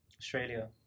Australia